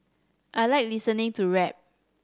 I like listening to rap